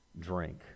drink